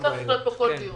הוא צריך להיות בכל דיון.